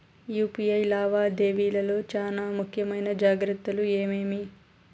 UPI లావాదేవీల లో చానా ముఖ్యమైన జాగ్రత్తలు ఏమేమి?